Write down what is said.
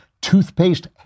toothpaste